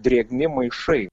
drėgni maišai